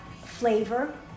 flavor